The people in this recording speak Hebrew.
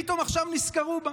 פתאום עכשיו נזכרו בה.